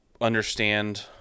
understand